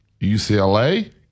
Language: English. UCLA